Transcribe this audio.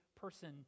person